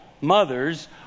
mothers